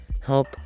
help